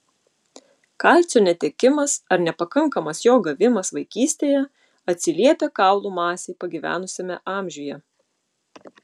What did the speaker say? kalcio netekimas ar nepakankamas jo gavimas vaikystėje atsiliepia kaulų masei pagyvenusiame amžiuje